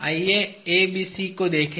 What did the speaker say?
आइए ABC को देखें